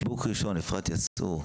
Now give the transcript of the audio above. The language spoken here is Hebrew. חיבוק ראשון, יפעת יסעור.